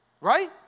Right